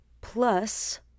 plus